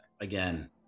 again